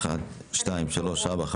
עשרה.